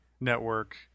Network